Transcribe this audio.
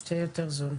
יוצא יותר זול.